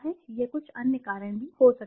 यह कुछ अन्य कारण भी हो सकते हैं